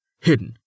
Hidden